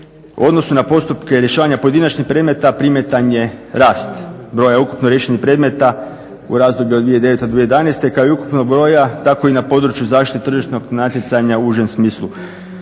U odnosu na postupke rješavanja pojedinačnih predmeta primjetan je rast broj ukupno riješenih predmeta u razdoblju od 2009. do 2011. kao i ukupnog broja, tako i na području zaštite tržišnog natjecanja u užem smislu.